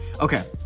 okay